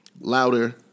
louder